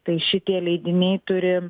tai šitie leidiniai turi